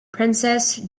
princess